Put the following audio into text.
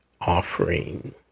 offering